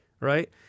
right